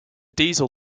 diesel